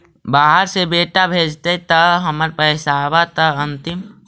बाहर से बेटा भेजतय त हमर पैसाबा त अंतिम?